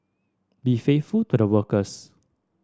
be faithful to the workers